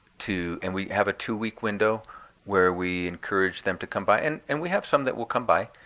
to and we have a two week window where we encourage them to come by. and and we have some that will come by,